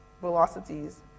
velocities